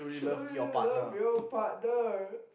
should you love your partner